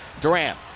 Durant